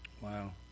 Wow